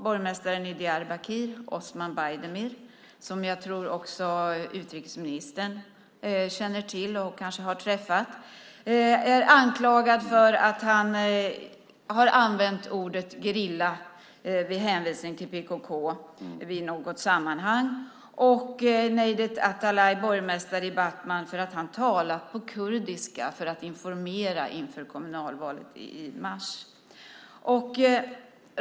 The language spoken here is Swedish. Borgmästaren från Diyarbakir, Osman Baydemir, som jag tror att också utrikesministern känner till och kanske har träffat, är anklagad för att han har använt ordet gerilla vid hänvisning till PKK i något sammanhang. Nejdet Atalay, borgmästare i Batman, är anklagad för att ha talat på kurdiska när han informerade inför kommunalvalet i mars.